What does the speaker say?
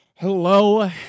hello